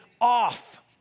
off